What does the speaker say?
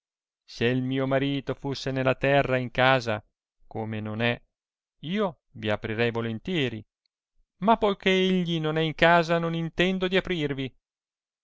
se il mio marito fusse nella terra e in casa come non è io vi aprirei volontieri ma poi ch'egli non è in casa non intendo di aprirvi